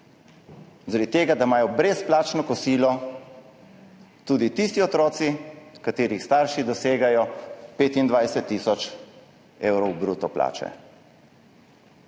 Zaradi tega, da imajo brezplačno kosilo tudi tisti otroci, katerih starši dosegajo 25 tisoč evrov bruto plače.